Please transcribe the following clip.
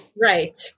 Right